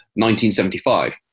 1975